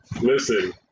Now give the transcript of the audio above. listen